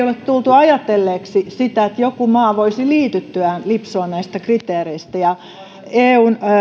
ole tultu ajatelleeksi sitä että joku maa voisi liityttyään lipsua näistä kriteereistä eun